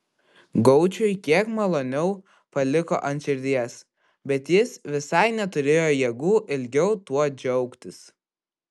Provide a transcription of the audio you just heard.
gaučiui kiek maloniau paliko ant širdies bet jis visai neturėjo jėgų ilgiau tuo džiaugtis